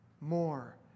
more